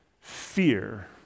Fear